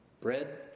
bread